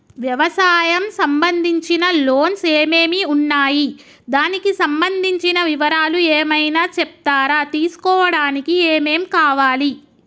వ్యవసాయం సంబంధించిన లోన్స్ ఏమేమి ఉన్నాయి దానికి సంబంధించిన వివరాలు ఏమైనా చెప్తారా తీసుకోవడానికి ఏమేం కావాలి?